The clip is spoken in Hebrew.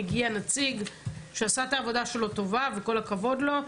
הגיע נציג שעשה את העבודה שלו טובה וכל הכבוד לו,